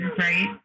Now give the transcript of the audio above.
right